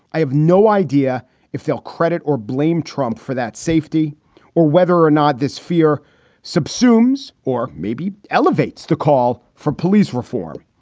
i have no idea if they'll credit or blame trump for that safety or whether or not this fear subsumes or maybe elevates the call for police reform.